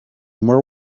more